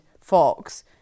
Fox